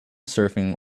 surfing